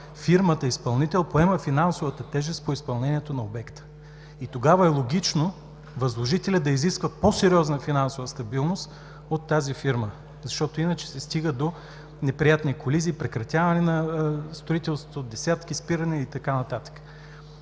фирмата изпълнител поема финансовата тежест по изпълнението на обекта. В такъв случай е логично възложителят да изисква по-сериозна финансова стабилност от тази фирма, защото иначе се стига до неприятни колизии, прекратяване на строителството, десетки спирания и така нататък.